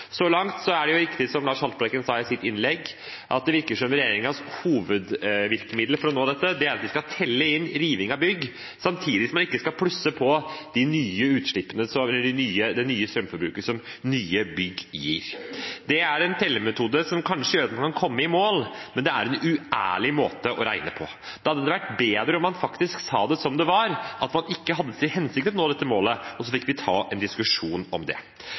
Så langt er det riktig som Lars Haltbrekken sa i sitt innlegg, at det virker som om regjeringens hovedvirkemiddel for å nå dette er at vi skal telle inn riving av bygg, samtidig som man ikke skal plusse på det nye strømforbruket, som nye bygg gir. Det er en tellemetode som kanskje gjør at man kan komme i mål, men det er en uærlig måte å regne på. Da hadde det vært bedre om man faktisk sa det som det var, at man ikke hadde til hensikt å nå dette målet, og så fikk vi ta en diskusjon om det.